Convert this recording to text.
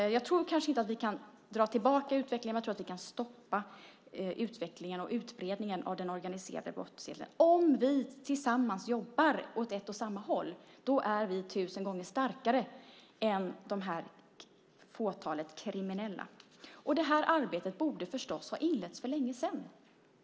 Jag tror kanske inte att vi kan dra tillbaka utvecklingen, men jag tror att vi kan stoppa utvecklingen och utbredningen av den organiserade brottsligheten. Om vi tillsammans jobbar åt ett och samma håll är vi tusen gånger starkare än fåtalet kriminella. Det arbetet borde förstås ha inletts för länge sedan.